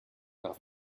nach